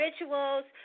rituals